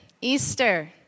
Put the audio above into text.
Easter